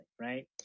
right